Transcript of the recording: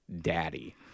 Daddy